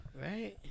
Right